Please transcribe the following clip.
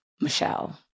Michelle